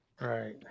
Right